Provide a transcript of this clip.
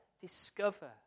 discover